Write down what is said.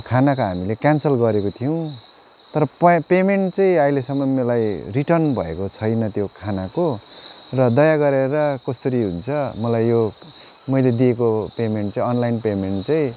खानाको हामीले क्यानसल गरेको थियौँ तर प पेमेन्ट चाहिँ अहिलेसम्म मलाई रिटन भएको छैन त्यो खानाको र दया गरेर कसरी हुन्छ मलाई यो मैले दिएको पेमेन्ट चाहिँ अनलाइन पेमेन्ट चाहिँ